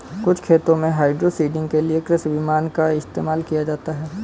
कुछ खेतों में हाइड्रोसीडिंग के लिए कृषि विमान का इस्तेमाल किया जाता है